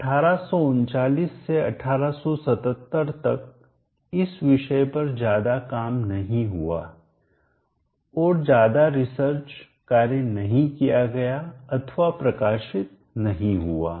1839 से 1877 तक इस विषय पर ज्यादा काम नहीं हुआ और ज्यादा रिसर्च शोध कार्य नहीं किया गया अथवा प्रकाशित नहीं हुआ